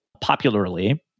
popularly